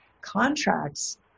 Contracts